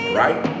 right